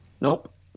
nope